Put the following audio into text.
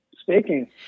Speaking